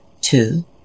Two